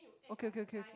okay okay okay